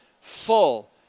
full